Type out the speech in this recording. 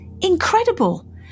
incredible